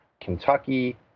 Kentucky